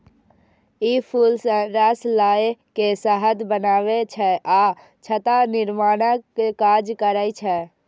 ई फूल सं रस लए के शहद बनबै छै आ छत्ता निर्माणक काज करै छै